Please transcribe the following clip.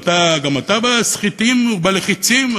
הגם אתה בסחיטים ובלחיצים?